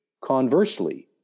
Conversely